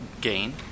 gain